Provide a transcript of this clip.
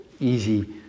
easy